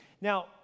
Now